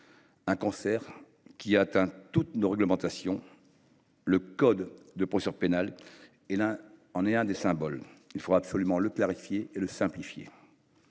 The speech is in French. un cancer qui a atteint toutes nos réglementations. Le code de procédure pénale en est l’un des symboles. Il faudra absolument le clarifier et le simplifier.